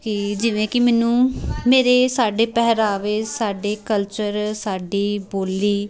ਕਿ ਜਿਵੇਂ ਕਿ ਮੈਨੂੰ ਮੇਰੇ ਸਾਡੇ ਪਹਿਰਾਵੇ ਸਾਡੇ ਕਲਚਰ ਸਾਡੀ ਬੋਲੀ